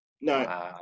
No